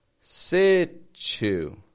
situ